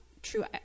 true